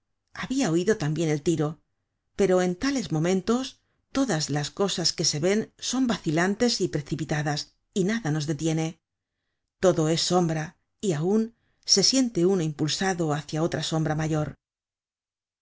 habia oido tambien el tiro pero en tales momentos todas las cosas que se ven son vacilantes y precipitadas y nada nos detiene todo es sombra y aun se siente uno impulsado hacia otra sombra mayor los